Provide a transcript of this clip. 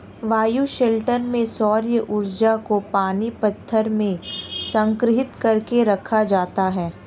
bioshelter में सौर्य ऊर्जा को पानी पत्थर में संग्रहित कर के रखा जाता है